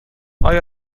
آیا